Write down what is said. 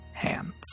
hands